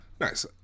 Nice